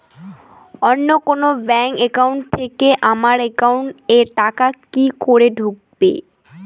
অন্য কোনো bank account থেকে আমার একাউন্ট এ টাকা কি করে ঢুকবে?